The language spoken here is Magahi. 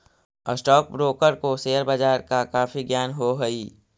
स्टॉक ब्रोकर को शेयर बाजार का काफी ज्ञान हो हई